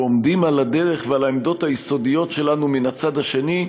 ועומדים על הדרך ועל העמדות היסודיות שלנו מצד שני,